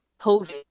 COVID